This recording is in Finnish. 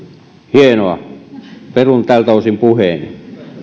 hienoa perun tältä osin puheeni